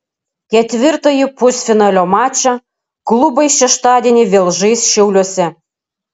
ketvirtąjį pusfinalio mačą klubai šeštadienį vėl žais šiauliuose